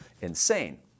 insane